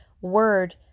word